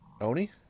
Oni